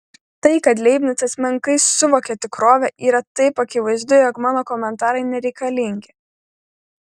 tai kad leibnicas menkai suvokia tikrovę yra taip akivaizdu jog mano komentarai nereikalingi